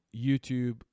YouTube